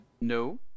No